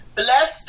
bless